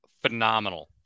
phenomenal